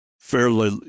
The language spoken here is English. fairly